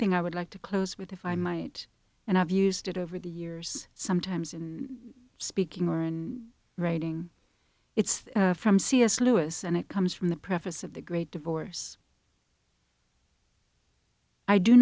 thing i would like to close with if i might and i've used it over the years sometimes in speaking or in writing it's from c s lewis and it comes from the preface of the great divorce i do